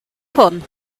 hwn